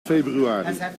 februari